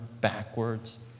backwards